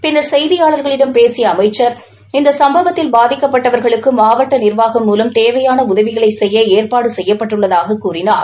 பின்னர் செய்தியாளர்களிடம் பேசிய அமைச்சர் இந்த சம்பவத்தில் பாதிக்கப்பட்டவர்களுக்கு மாவட்ட நிர்வாகம் மூலம் தேவையான உதவிகளை செய்ய ஏற்பாடு செய்யப்பட்டுள்ளதாக கூறினார்